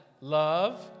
love